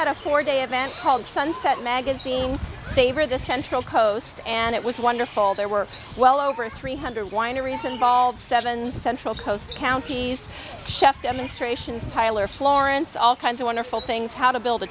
had a four day event called sunset magazine favor the central coast and it was wonderful there were well over three hundred wineries involved seven central coast counties chef demonstrations tyler florence all kinds of wonderful things how to build a